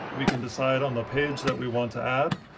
we can decide on the page that we want to add,